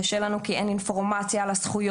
קשה לנו כי אין אינפורמציה על הזכויות,